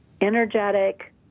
energetic